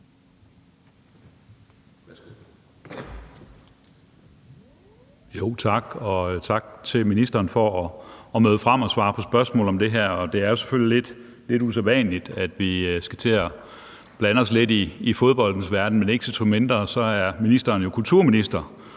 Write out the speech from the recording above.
tak til ministeren for at møde frem og svare på spørgsmål om det her, og det er jo selvfølgelig lidt usædvanligt, at vi skal til at blande os lidt i fodboldens verden. Men ikke desto mindre er ministeren jo kulturminister